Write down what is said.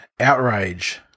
outrage